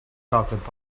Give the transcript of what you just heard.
chocolate